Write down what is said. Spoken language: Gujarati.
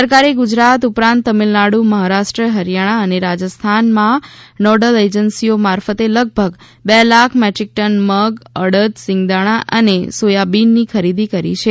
સરકારે ગુજરાત ઉપરાંત તમિલનાડ મહારાષ્ટ્ર હરીયાણા અને રાજસ્થાનમાં નોડલ એજન્સીઓ મારફતે લગભગ બે લાખ મેટ્રીક ટન મગ અડદ સીંગદાણા અને સોયાબીનની ખરીદી કરી છે